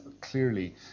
clearly